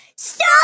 Stop